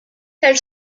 elle